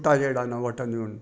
छुटा छेड़ा न वठंदियूं आहिनि